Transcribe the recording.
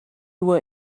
were